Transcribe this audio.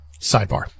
Sidebar